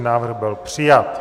Návrh byl přijat.